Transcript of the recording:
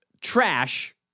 trash